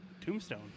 tombstone